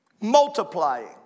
multiplying